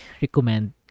recommend